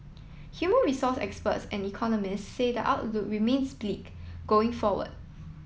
human resource experts and economists say the outlook remains bleak going forward